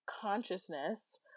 consciousness